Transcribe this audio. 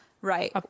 right